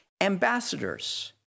ambassadors